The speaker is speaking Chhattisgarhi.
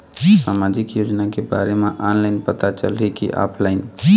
सामाजिक योजना के बारे मा ऑनलाइन पता चलही की ऑफलाइन?